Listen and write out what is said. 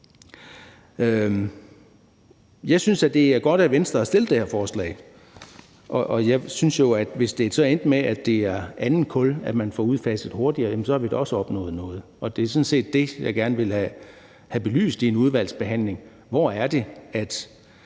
Jeg synes, det er godt, at Venstre har fremsat det her forslag, og jeg synes jo, at hvis det så endte med, at det er noget andet kul, man får udfaset hurtigere, har vi da også opnået noget. Det er sådan set det, jeg gerne vil have belyst i en udvalgsbehandling: Hvor er det, den